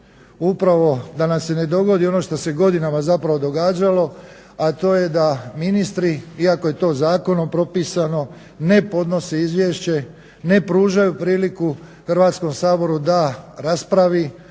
upravo da nam se ne dogodi ono što se godinama zapravo događalo, a to je da ministri iako je to zakonom propisano ne podnose izvješće, ne pružaju priliku Hrvatskom saboru da raspravi